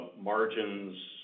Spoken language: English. Margins